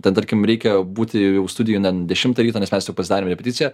ten tarkim reikia būti jau studijoj nen dešimtą ryto nes mes jau pasidarėm repeticiją